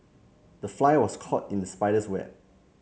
the fly was caught in the spider's web